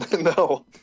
No